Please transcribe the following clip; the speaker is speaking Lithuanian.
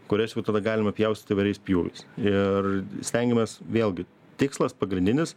kurias jau tada galime pjaustyt įvairiais pjūviais ir stengiamės vėlgi tikslas pagrindinis